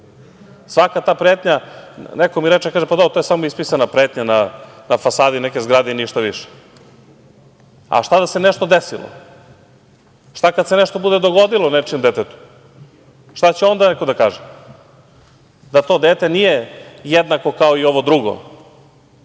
ugrožavate decu? Neko reče – pa da, to je samo ispisana pretnja na fasadi neke zgrade i ništa više. A šta da se nešto desilo? Šta kada se nešto bude dogodilo nečijem detetu? Šta će onda neko da kaže? Da to dete nije jednako kao i ovo drugo,